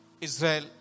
Israel